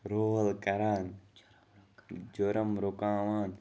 role کَران جُرُم رُکاوان